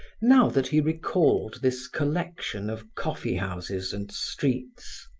now that he recalled this collection of coffee-houses and streets.